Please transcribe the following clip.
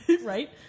Right